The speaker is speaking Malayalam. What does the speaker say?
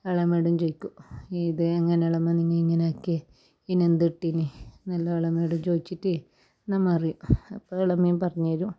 എളേമ്മയോടും ചോദിക്കും ഇത് എങ്ങനേളേമ്മേ നിങ്ങൾ ഇങ്ങനെ ഒക്കെ ഇയിനെന്ത്ട്ടിനി എന്ന് എളേമ്മയോട് ചോദിച്ചിട്ട് നമ്മൾ അറിയും അപ്പം എളേമ്മയും പറഞ്ഞ് തരും